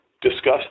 discuss